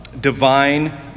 divine